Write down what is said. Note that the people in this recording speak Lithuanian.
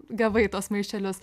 gavai tuos maišelius